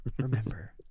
Remember